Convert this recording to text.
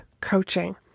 coaching